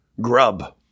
grub